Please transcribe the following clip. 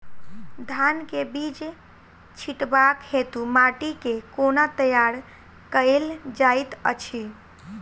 धान केँ बीज छिटबाक हेतु माटि केँ कोना तैयार कएल जाइत अछि?